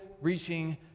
reaching